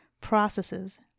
processes